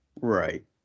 right